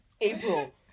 April